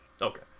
okay